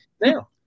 Now